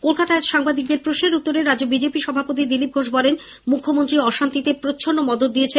কলকাতায় আজ সাংবাদিকদের প্রশ্নের উত্তরে রাজ্য বিজেপি সভাপতি দিলীপ ঘোষ বলেন মুখ্যমন্ত্রী অশান্তিতে প্রচ্ছন্ন মদত দিয়েছেন